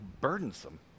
burdensome